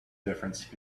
difference